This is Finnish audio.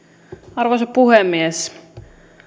arvoisa puhemies